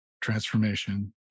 transformation